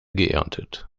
geerntet